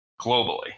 globally